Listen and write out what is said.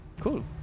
Cool